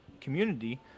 community